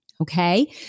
Okay